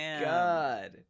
God